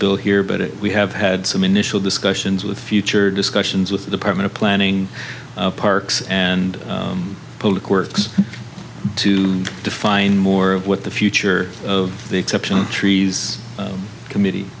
bill here but we have had some initial discussions with future discussions with the department of planning parks and political works to define more of what the future of the exceptional trees committee